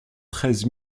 treize